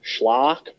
schlock